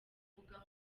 mbuga